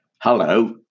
Hello